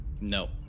No